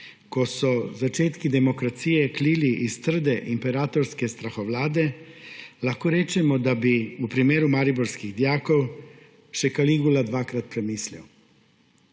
ko so začetki demokracije klili iz trde imperatorske strahovlade, lahko rečemo, da bi v primeru mariborskih dijakov še Kaligula dvakrat premislil.